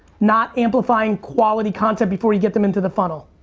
not amplifying quality content before you get them into the funnel.